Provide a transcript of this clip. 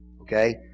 Okay